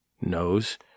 knows